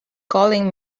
calling